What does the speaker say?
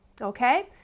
Okay